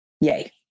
yay